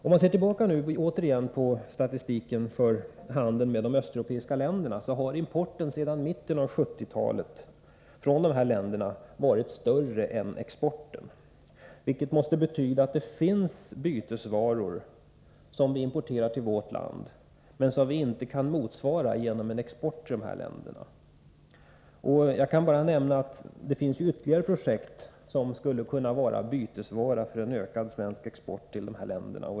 Om man ser tillbaka på statistiken över handeln med de östeuropeiska länderna, finner man att importen från dessa länder sedan mitten av 1970-talet har varit större än exporten, något som måste betyda att det finns bytesvaror som vi importerar till vårt land, vilka inte motsvaras av en export till dessa länder. Där kan jag bara nämna att det finns ytterligare produkter som skulle kunna utgöra bytesvaror för en ökad svensk export till dessa länder.